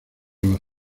los